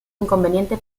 inconveniente